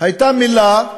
הייתה מילה אחת,